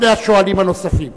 שני השואלים הנוספים,